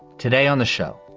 today on the show,